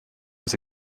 was